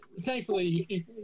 thankfully